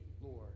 Lord